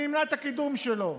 אני אמנע את הקידום שלו.